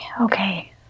Okay